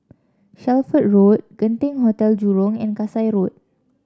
Shelford Road Genting Hotel Jurong and Kasai Road